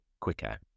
quicker